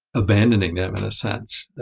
abandoning them in a sense,